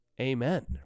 amen